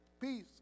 peace